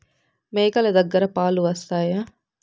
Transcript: మేక లు దగ్గర పాలు వస్తాయా?